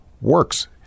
works